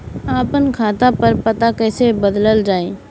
आपन खाता पर पता कईसे बदलल जाई?